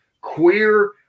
queer